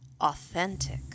Authentic